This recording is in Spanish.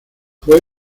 fue